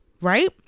right